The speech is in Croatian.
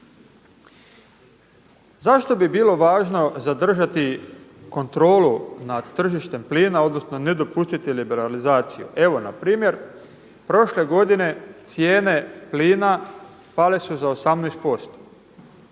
Zašto bi bilo važno zadržati kontrolu nad tržištem plina, odnosno ne dopustiti liberalizaciju? Evo npr. prošle godine cijene plina pale su za 18%.